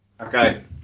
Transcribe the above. Okay